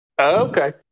Okay